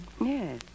Yes